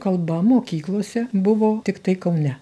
kalba mokyklose buvo tiktai kaune